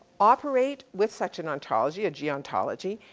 operate with such an ontology, a geontology.